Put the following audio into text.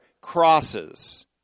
crosses